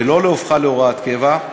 ולא להופכה להוראת קבע.